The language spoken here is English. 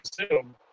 assume